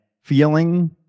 feeling